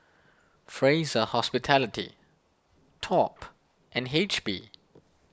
Fraser Hospitality Top and H P